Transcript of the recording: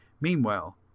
Meanwhile